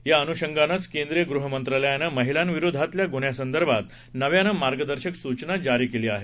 याअनषंगानचं केंद्रीय गृहमंत्रालयानं महिलांविरोधातल्या गुन्ह्यांसंदर्भात नव्यानं मार्गदर्शक सूचना जारी केली आहे